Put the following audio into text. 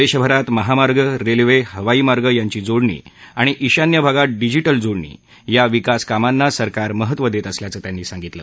देशभरात महामार्ग रेल्वे हवाई मार्ग यांची जोडणी आणि ईशान्य भागात डिजिटल जोडणी या विकास कामांना सरकार महत्त्व देत असल्याचं त्यांनी सांगितलं